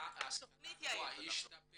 האם המצב השתפר